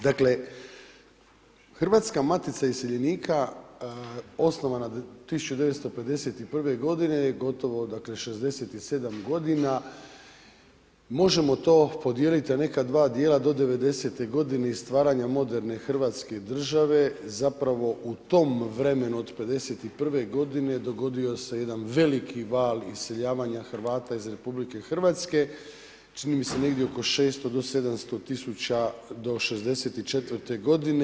Dakle Hrvatska matica iseljenika osnovana 1951. godine dakle gotovo 67 godina možemo to podijeliti na neka dva dijela do devedesete godine i stvaranja moderne Hrvatske države, zapravo u tom vremenu od '51. godine dogodio se jedan veliki val iseljavanja Hrvata iz RH, čini mi se negdje 600 do 700.00 do '64. godine.